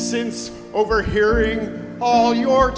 since overhearing all your